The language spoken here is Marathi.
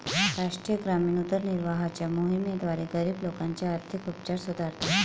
राष्ट्रीय ग्रामीण उदरनिर्वाहाच्या मोहिमेद्वारे, गरीब लोकांचे आर्थिक उपचार सुधारतात